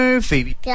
Phoebe